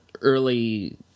early